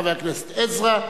חבר הכנסת עזרא,